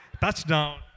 touchdown